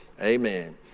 Amen